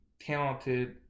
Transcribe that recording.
talented